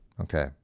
Okay